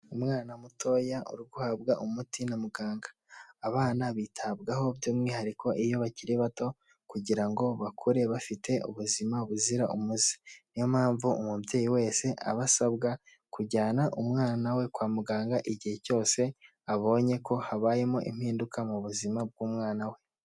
Umwana mutoya uri guhabwa umuti na muganga, abana bitabwaho by'umwihariko iyo bakiri bato kugira ngo bakure bafite ubuzima buzira umuze, niyo mpamvu umubyeyi wese aba asabwa kujyana umwana we kwa muganga igihe cyose abonye ko habayemo impinduka mu buzima bw'umwana we.